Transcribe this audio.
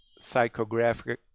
psychographic